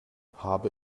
habe